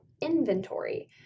inventory